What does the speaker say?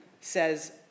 says